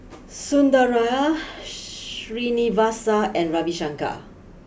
Sundaraiah Srinivasa and Ravi Shankar